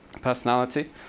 personality